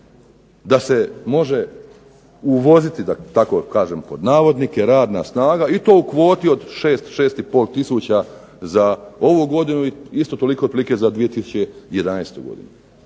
da se može uvoziti da tako kažem pod navodnike radna snaga, i to u kvoti od 6, 6 i pol tisuća za ovu godinu i isto toliko otprilike za 2011. godinu,